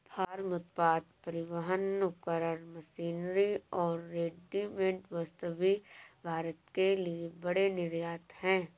farm उत्पाद, परिवहन उपकरण, मशीनरी और रेडीमेड वस्त्र भी भारत के लिए बड़े निर्यात हैं